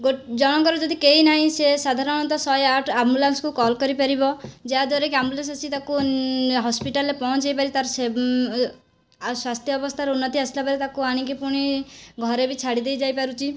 ଗୋ ଜଣଙ୍କର ଯଦି ନାହିଁ ସିଏ ସାଧାରଣତଃ ଶହେ ଆଠ ଆମ୍ବୁଲାନ୍ସକୁ କଲ କରିପାରିବ ଯାହାଦ୍ୱାରା କି ଆମ୍ବୁଲାନ୍ସ ଆସି ତାକୁ ହସ୍ପିଟାଲରେ ପହଁଞ୍ଚେଇ ପାରି ତାର ସେ ଆଉ ସ୍ୱାସ୍ଥ୍ୟ ଅବସ୍ଥାର ଉନ୍ନତି ଆସିଲା ପରେ ତାକୁ ଆଣିକି ପୁଣି ଘରେ ବି ଛାଡ଼ି ଦେଇପାରୁଛି